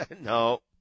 No